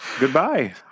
Goodbye